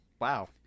wow